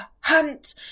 hunt